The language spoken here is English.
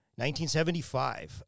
1975